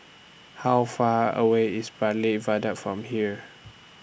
How Far away IS Bartley Viaduct from here